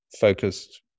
focused